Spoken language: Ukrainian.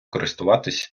користуватися